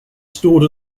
stored